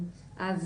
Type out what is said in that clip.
אז